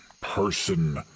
person